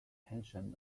pension